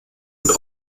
und